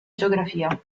geografia